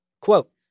Quote